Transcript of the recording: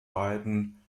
beiden